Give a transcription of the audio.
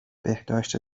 بهداشت